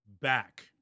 back